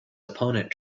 opponent